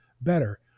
better